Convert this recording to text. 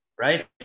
right